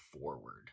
forward